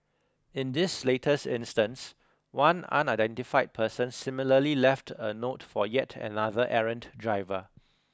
in this latest instance one unidentified person similarly left a note for yet another errant driver